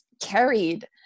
carried